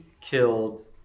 killed